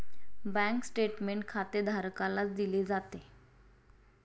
bank statement खातेधारकालाच दिले जाते